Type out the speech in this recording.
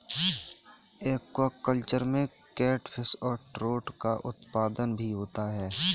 aquaculture में catfish और trout का उत्पादन भी होता है